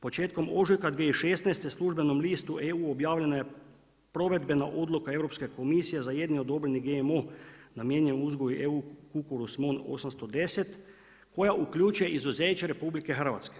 Početkom ožujka 2016. službenom listu EU objavljena je provedbena odluka Europske komisije za jedni odobreni GMO namijenjen uzgoju EU kukuruz… 810, koja uključuje izuzeće RH.